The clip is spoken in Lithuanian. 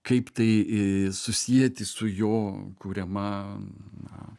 kaip tai susieti su jo kuriama